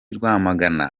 rwamagana